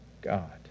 God